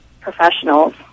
professionals